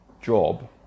job